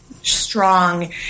Strong